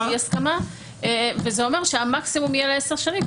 אי הסכמה וזה אומר שהמקסימום יהיה לעשר שנים,